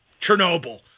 Chernobyl